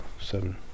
seven